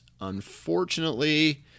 unfortunately